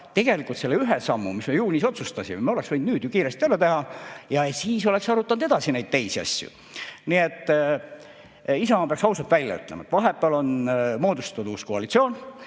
Tegelikult selle ühe sammu, mis me juunis otsustasime, me oleksime võinud nüüd kiiresti ära teha, ja siis oleksime arutanud edasi neid teisi asju. Nii et Isamaa peaks ausalt välja ütlema: vahepeal on moodustatud uus koalitsioon.